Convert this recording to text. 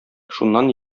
шуннан